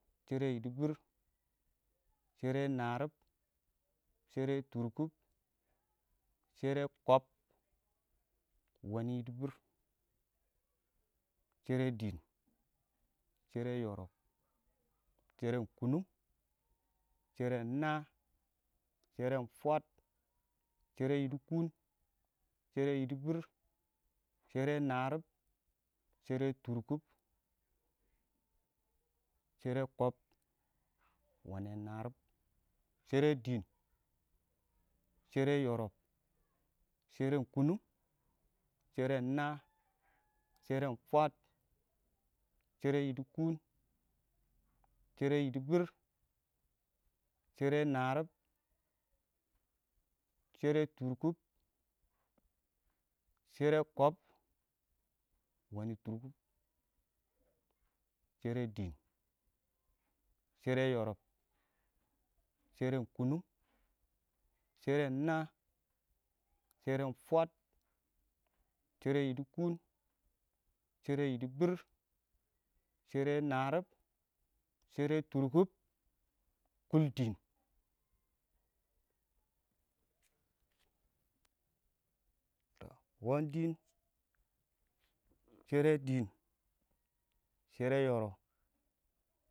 shɛrɛ yɪdɪbɪr, shɛrɛ naarib, shɛrɛ tʊrkʊb, shɛrɛ kɔb wene yɪdɪbɪr, shɛrɛ dɪɪn, shɛrɛ yoro, sheren kʊnʊng, sheren naa, sheren fweed, shɛrɛ yiɪdɪkʊn, shɛrɛ yɪdɪbɪr, shɛrɛ naarib, shɛrɛ tʊrkʊb, shɛrɛ dɪɪn, shɛrɛ yoro, sheren kʊnʊng, sheren naa, sheren fwaəd, shɛrɛ yiɪdɪkʊn, shɛrɛ kɔb weni tʊrkʊb, shɛrɛ dɪɪn, shɛrɛ yoro, sheran naa, sheran fwaəd, shɛrɛ yiɪdɪkʊn, shɛrɛ tʊrkʊb kuul dɪɪn, wɔɔm dɪɪn ,shɛrɛ dɪɪn, shɛrɛ yoro,